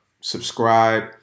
Subscribe